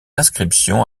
inscription